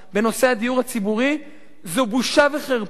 "בנושא הדיור הציבורי זו בושה וחרפה.